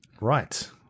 right